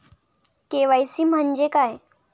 KYC म्हंजे काय?